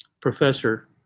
professor